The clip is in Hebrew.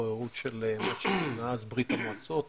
התפוררות של מה שכונה אז ברית המועצות,